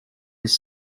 his